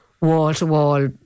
wall-to-wall